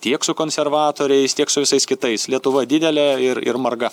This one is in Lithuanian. tiek su konservatoriais tiek su visais kitais lietuva didelė ir ir marga